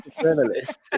journalist